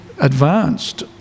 advanced